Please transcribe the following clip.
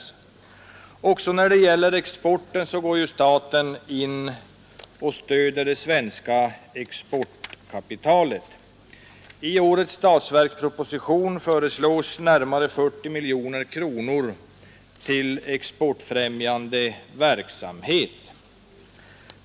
Också när det gäller exporten går staten in och stöder kapitalet. I årets statsverksproposition föreslås närmare 40 "miljoner kronor till exportfrämjande verksamhet.